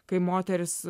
kai moteris